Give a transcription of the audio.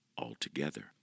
altogether